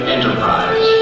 Enterprise